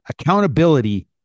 Accountability